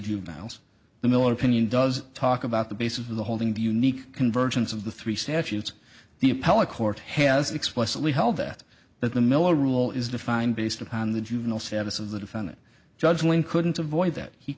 juveniles the miller opinion does talk about the base of the holding the unique convergence of the three statutes the appellate court has explicitly held that that the miller rule is defined based upon the juvenile status of the defendant judge lane couldn't avoid that he